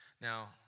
Now